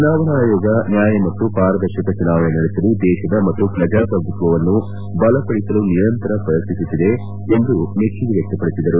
ಚುನಾವಣಾ ಆಯೋಗ ನ್ನಾಯ ಮತ್ತು ಪಾರದರ್ಶಕ ಚುನಾವಣೆ ನಡೆಸಲು ದೇಶದ ಮತ್ತು ಪ್ರಜಾಪ್ರಭುತ್ವವನ್ನು ಬಲಪಡಿಸಲು ನಿರಂತರ ಪ್ರಯತ್ನ ನಡೆಸುತ್ತಿದೆ ಎಂದು ಮೆಚ್ಚುಗೆ ವ್ಯಕ್ತಪಡಿಸಿದರು